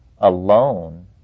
alone